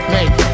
Make